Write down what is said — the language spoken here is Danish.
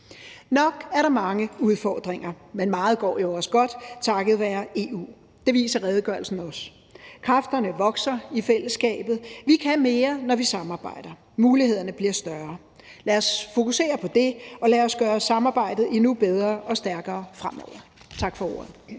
Nok er der mange udfordringer, men meget går jo også godt takket være EU. Det viser redegørelsen også: Kræfterne vokser i fællesskabet; vi kan mere, når vi samarbejder; mulighederne bliver større. Lad os fokusere på det, og lad os gøre samarbejdet endnu bedre og stærkere fremover. Tak for ordet.